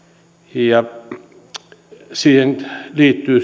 ja siihen liittyy